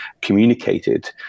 communicated